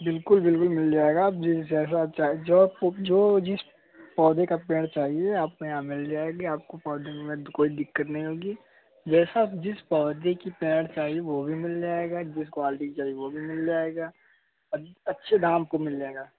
बिल्कुल बिल्कुल मिल जाएगा आप जिस जैसा आप चाहे जो आपको जो जिस पौधे का पेड़ चाहिए आपको यहाँ मिल जाएगा आपको पौधे में कोई दिक्कत नहीं होगी जैसा आप जिस पौधे का पेड़ चाहिए वह भी मिल जाएगा जिस क्वालिटी चाहिए वह भी मिल जाएगा अच्छे अच्छे दाम को मिल जाएगा